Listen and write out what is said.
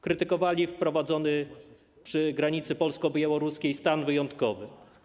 Krytykowali wprowadzony przy granicy polsko-białoruskiej stan wyjątkowy.